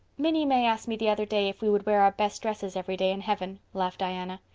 minnie may asked me the other day if we would wear our best dresses every day in heaven, laughed diana.